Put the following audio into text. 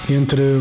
entre